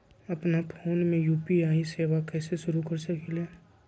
अपना फ़ोन मे यू.पी.आई सेवा कईसे शुरू कर सकीले?